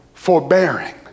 Forbearing